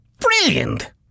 brilliant